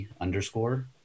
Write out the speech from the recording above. underscore